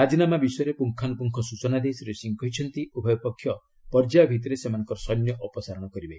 ରାଜିନାମା ବିଷୟରେ ପୁଙ୍ଗାନୁପୁଙ୍ଗ ସୂଚନା ଦେଇ ଶ୍ରୀ ସିଂ କହିଛନ୍ତି ଉଭୟ ପର୍ଯ୍ୟାୟ ଭିଭିରେ ସେମାନଙ୍କର ସୈନ୍ୟ ଅପସାରଣ କରିବେ